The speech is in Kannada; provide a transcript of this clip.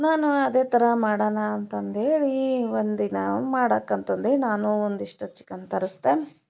ನಾನು ಅದೇ ಥರ ಮಾಡೋಣ ಅಂತಂದೇಳಿ ಒಂದಿನ ನಾವು ಮಾಡಾಕಂತಂದೇಳಿ ನಾನು ಒಂದಿಷ್ಟು ಚಿಕನ್ ತರಿಸ್ದೆ